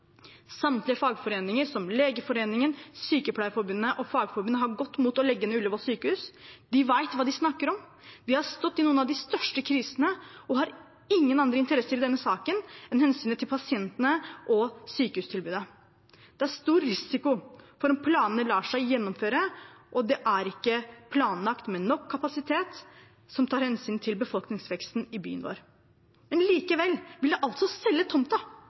Samtlige fagforeninger, som Legeforeningen, Sykepleierforbundet og Fagforbundet, har gått imot å legge ned Ullevål sykehus. De vet hva de snakker om. De har stått i noen av de største krisene og har ingen andre interesser i denne saken enn hensynet til pasientene og sykehustilbudet. Det er stor risiko for at ikke planene lar seg gjennomføre, og det er ikke planlagt med nok kapasitet som tar hensyn til befolkningsveksten i byen vår. Men likevel vil man altså selge